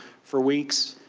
for weeks.